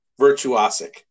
virtuosic